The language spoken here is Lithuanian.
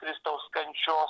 kristaus kančios